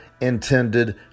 intended